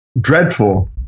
dreadful